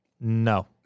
no